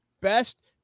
best